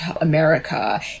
America